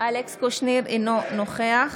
אינו נוכח